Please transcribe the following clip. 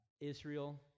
Israel